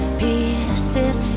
pieces